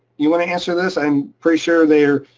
you wanna answer this? i'm pretty sure they're.